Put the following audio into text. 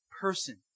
person